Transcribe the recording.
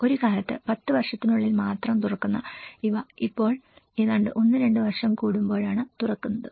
ഒരു കാലത്ത് 10 വർഷത്തിനുള്ളിൽ മാത്രം തുറക്കുന്ന ഇവ ഇപ്പോൾ ഏതാണ്ട് 1 2 വർഷം കൂടുമ്പോഴാണ് തുറക്കുന്നുണ്ട്